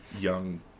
young